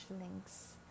links